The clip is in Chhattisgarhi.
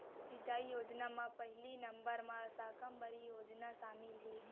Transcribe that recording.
सिंचई योजना म पहिली नंबर म साकम्बरी योजना सामिल हे